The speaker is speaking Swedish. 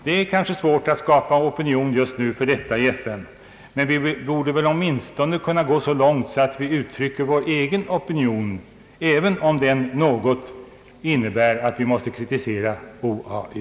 Det är kanske svårt att skapa opinion för detta i FN just nu, men vi borde åtminstone kunna gå så långt att vi uttrycker vår egen opinion, även om den innebär att vi måste kritisera OAU.